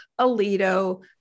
Alito